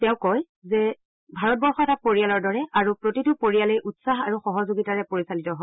তেওঁ কয় যে ভাৰতবৰ্ষ এটা পৰিয়ালৰ দৰে আৰু প্ৰতিটো পৰিয়ালেই উৎসাহ আৰু সহযোগিতাৰে পৰিচালিত হয়